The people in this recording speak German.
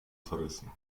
zerrissen